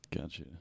gotcha